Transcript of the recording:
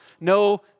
no